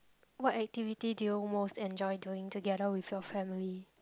what activity do you most enjoy doing together with your family